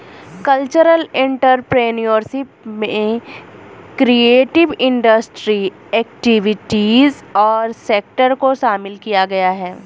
cultural entrepreneurship में creative industry activities और sector को शामिल किया गया है